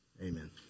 Amen